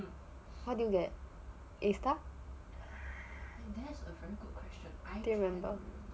how did you get a plus do you still remember